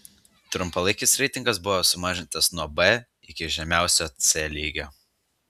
trumpalaikis reitingas buvo sumažintas nuo b iki žemiausio c lygio